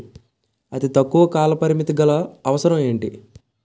అతి తక్కువ కాల పరిమితి గల అవసరం ఏంటి